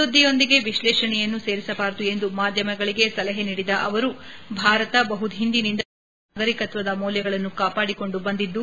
ಸುದ್ದಿಯೊಂದಿಗೆ ವಿಶ್ಲೇಷಣೆಯನ್ನೂ ಸೇರಿಸಬಾರದು ಎಂದು ಮಾಧ್ಯಮಗಳಿಗೆ ಸಲಹೆ ನೀಡಿದ ಅವರು ಭಾರತ ಬಹು ಹಿಂದಿನಿಂದಲೂ ನೈತಿಕ ಮತ್ತು ನಾಗರಿಕತ್ತದ ಮೌಲ್ವಗಳನ್ನು ಕಾಪಾಡಿಕೊಂಡು ಬಂದಿದ್ದು